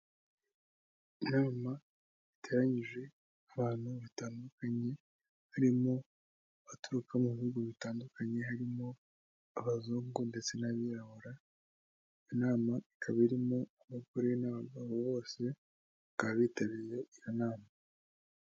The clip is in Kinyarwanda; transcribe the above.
Inama yateranyije abantu batandukanye, harimo abaturuka mu bihugu bitandukanye, harimo abazungu ndetse n'abirabura, inamama ikaba irimo abagore n'abagabo bose bakaba bitabiriye iyo nama.